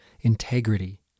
integrity